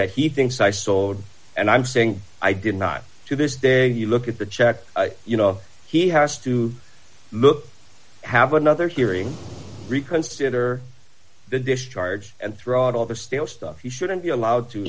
that he thinks i sold and i'm saying i did not do this there you look at the check you know he has to look have another hearing reconsider the dish charge and throw out all the steel stuff you shouldn't be allowed to